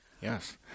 Yes